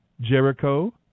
Jericho